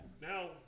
Now